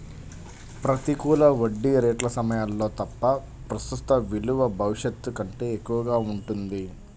ప్రతికూల వడ్డీ రేట్ల సమయాల్లో తప్ప, ప్రస్తుత విలువ భవిష్యత్తు కంటే ఎక్కువగా ఉంటుంది